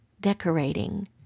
decorating